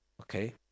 Okay